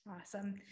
Awesome